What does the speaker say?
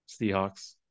Seahawks